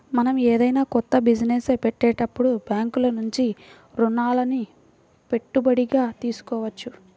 మనం ఏదైనా కొత్త బిజినెస్ పెట్టేటప్పుడు బ్యేంకుల నుంచి రుణాలని పెట్టుబడిగా తీసుకోవచ్చు